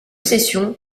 sessions